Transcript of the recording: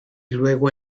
luego